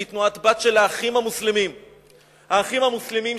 היא תנועה בת של "האחים המוסלמים"; "האחים המוסלמים",